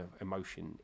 emotion